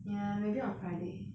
ya maybe on friday